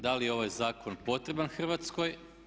Da li je ovaj zakon potreban Hrvatskoj?